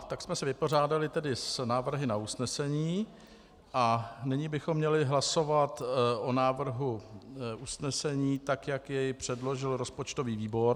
Tak jsme se vypořádali s návrhy na usnesení a nyní bychom měli hlasovat o návrhu usnesení tak, jak jej předložil rozpočtový výbor.